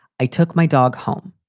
i took my dog home.